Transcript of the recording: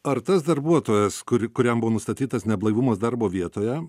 ar tas darbuotojas kur kuriam buvo nustatytas neblaivumas darbo vietoje